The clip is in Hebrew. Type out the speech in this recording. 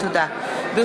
הודעה למזכירת הכנסת.